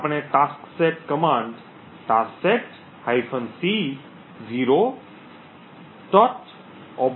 આપણે ટાસ્કસેટ આદેશ ' taskset c 0